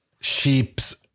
sheeps